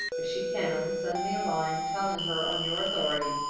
if she can, send me a line, telling her, on your authority,